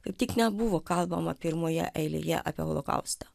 kaip tik nebuvo kalbama pirmoje eilėje apie holokaustą